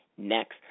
Next